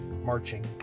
Marching